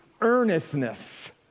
earnestness